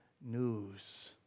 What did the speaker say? news